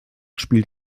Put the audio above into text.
spielt